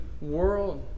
world